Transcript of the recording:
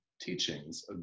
teachings